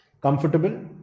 Comfortable